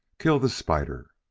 kill the spider!